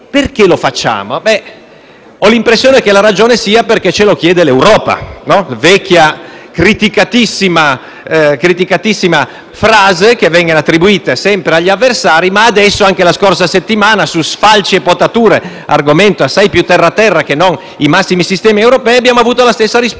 Perché lo facciamo? Ho l'impressione che la ragione sia che ce lo chiede l'Europa. Questa è una vecchia e criticatissima frase che viene attribuita sempre agli avversari, ma adesso (anche la scorsa settimana, su sfalci e potature, argomento assai terra terra rispetto ai massimi sistemi europei) abbiamo avuto la stessa risposta: